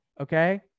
Okay